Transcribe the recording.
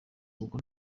kuko